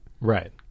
Right